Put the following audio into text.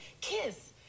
Kiss